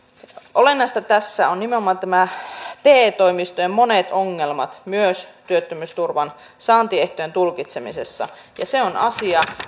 olennaista tässä ovat nimenomaan te toimistojen monet ongelmat myös työttömyysturvan saantiehtojen tulkitsemisessa ja se on asia